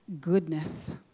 goodness